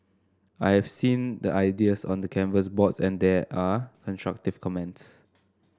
I've seen the ideas on the canvas boards and there are constructive comments